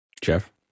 Jeff